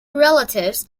relatives